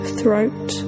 throat